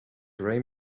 grey